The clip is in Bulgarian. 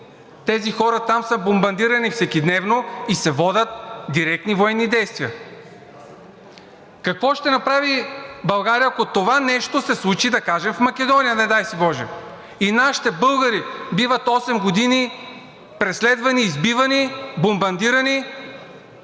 тези хора там са бомбардирани всекидневно и се водят директни военни действия. Какво ще направи България, ако това нещо се случи, да кажем, в Македония, не дай си боже, и нашите българи биват осем години преследвани, избивани, бомбардирани?